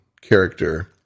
character